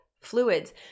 fluids